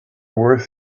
worth